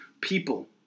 people